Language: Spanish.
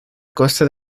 costa